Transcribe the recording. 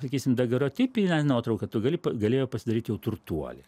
sakysim dagerotipinę nuotrauką tu gali galėjo pasidaryt jau turtuoliai